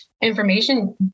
information